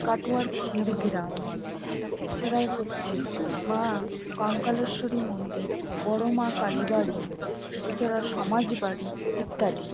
কাটোয়ার ক্ষীরগ্রাম এছাড়াও হচ্ছে মা কঙ্কালেশ্বরী মন্দির বড়মা কালীবাড়ি এছাড়া সমাজবাড়ি ইত্যাদি